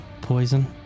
poison